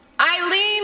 Eileen